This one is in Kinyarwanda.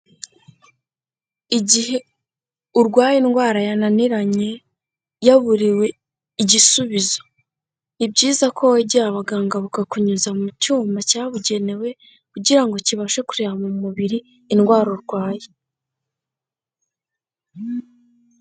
Igihe urwaye indwara yananiranye, yaburiwe igisubizo ni byiza ko wegera abaganga bakakunyuza mu cyuma cyabugenewe kugira ngo kibashe kureba mu mubiri indwara urwaye.